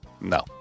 No